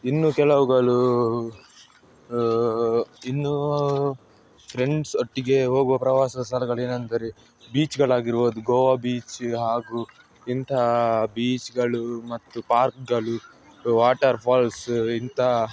ಇನ್ನು ಕೆಲವುಗಳು ಇನ್ನೂ ಫ್ರೆಂಡ್ಸ್ ಒಟ್ಟಿಗೆ ಹೋಗುವ ಪ್ರವಾಸ ಸ್ಥಳಗಳೇನೆಂದರೆ ಬೀಚ್ಗಳಾಗಿರ್ಬೋದು ಗೋವಾ ಬೀಚ್ ಹಾಗೂ ಇಂತಹ ಬೀಚ್ಗಳು ಮತ್ತು ಪಾರ್ಕ್ಗಳು ವಾಟರ್ ಫಾಲ್ಸು ಇಂತಹ